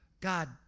God